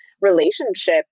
relationship